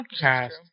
cast